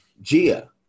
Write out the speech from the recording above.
Gia